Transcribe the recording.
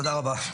תודה רבה.